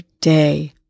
day